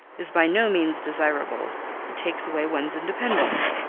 is by no means desirable it takes away one's independence.